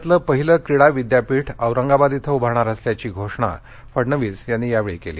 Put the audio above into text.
राज्यातलं पाहिलं क्रीडा विद्यापीठ औरंगाबाद इथं उभारणार असल्याची घोषणा फडणवीस यांनी यावेळी केली